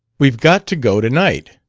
we've got to go tonight!